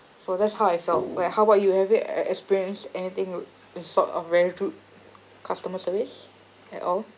for that's how I felt like how about you have you e~ experienced anything in sort of very rude customer service at all